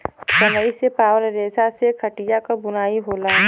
सनई से पावल रेसा से खटिया क बुनाई होला